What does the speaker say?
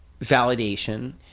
validation